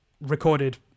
recorded